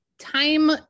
time